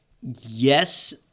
yes